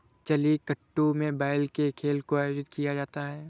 जलीकट्टू में बैल के खेल को आयोजित किया जाता है